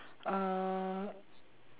uh